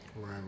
Right